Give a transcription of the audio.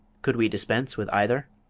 could we dispense with either?